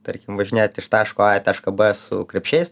tarkim važinėt iš taško ą į tašką b su krepšiais